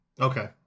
Okay